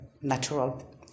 natural